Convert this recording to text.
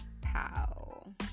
pow